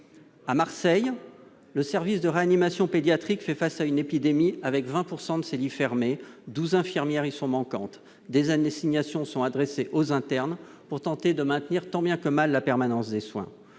À Marseille, le service de réanimation pédiatrique fait face à une épidémie, avec 20 % de ses lits fermés et 12 infirmières manquantes. Des assignations sont adressées aux internes pour tenter de maintenir tant bien que mal la permanence des soins.